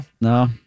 No